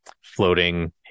floating